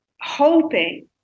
hoping